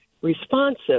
responsive